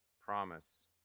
promise